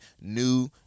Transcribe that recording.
new